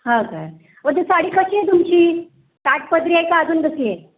हां काय अहो ते साडी कशी आहे तुमची काठपदरी आहे का अजून कशी आहे